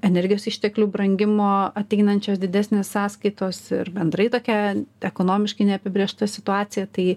energijos išteklių brangimo ateinančios didesnės sąskaitos ir bendrai tokia ekonomiškai neapibrėžta situacija tai